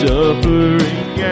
Suffering